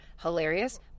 hilarious